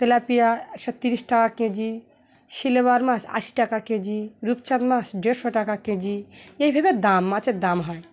tilapia একশো তিরিশ টাকা কেজি সিলভার মাছ আশি টাকা কেজি রূপচাঁদ মাছ দেড়শো টাকা কেজি এইভাবে দাম মাছের দাম হয়